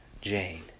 Jane